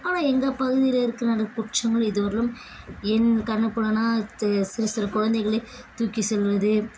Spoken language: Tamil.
ஆனால் எங்கள் பகுதியில் இருக்கிற அந்த குற்றங்கள் இதுவரையிலும் என் கண்ணுக்குள்ளேனா சிறு சிறு குழந்தைகளை தூக்கிச் செல்வது